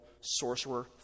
sorcerer